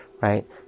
right